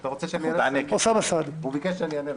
אתה רוצה שאני אענה לך?